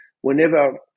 whenever